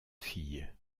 filles